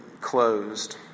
closed